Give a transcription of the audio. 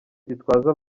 gitwaza